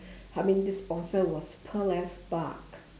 I mean this author was Peles Park